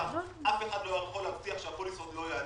אף אחד לא יכול להבטיח שהפוליסות לא יעלו,